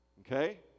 okay